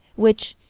which,